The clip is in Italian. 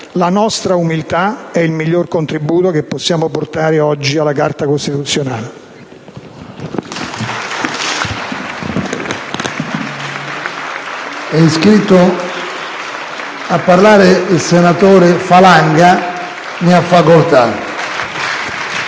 La nostra umiltà è il migliore contributo che possiamo portare oggi alla Carta costituzionale.